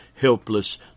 helpless